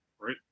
right